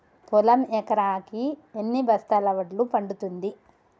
పొలం ఎకరాకి ఎన్ని బస్తాల వడ్లు పండుతుంది?